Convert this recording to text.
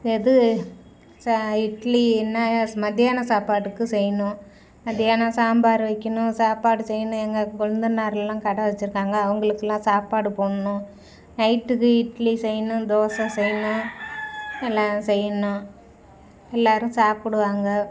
எது ச இட்லி என்ன ஸ் மத்யானம் சாப்பாடுக்கு செய்யணும் மத்யானம் சாம்பார் வைக்கணும் சாப்பாடு செய்யணும் எங்கள் கொழுந்தனாரெலாம் கடை வைச்சிருக்காங்க அவங்களுக்குலாம் சாப்பாடு போடணும் நைட்டுக்கு இட்லி செய்யணும் தோசை செய்யணும் எல்லாம் செய்யணும் எல்லோரும் சாப்பிடுவாங்க